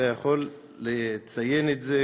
אתה יכול לציין את זה